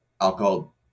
alcohol